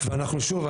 ושוב,